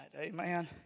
Amen